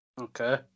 Okay